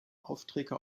aufträge